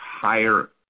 higher